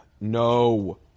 No